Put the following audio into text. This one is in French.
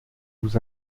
vous